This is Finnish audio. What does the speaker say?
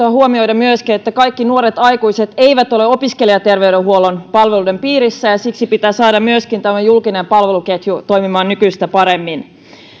on syytä huomioida myöskin että kaikki nuoret aikuiset eivät ole opiskelijaterveydenhuollon palveluiden piirissä ja siksi pitää saada myöskin julkinen palveluketju toimimaan nykyistä paremmin